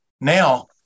Now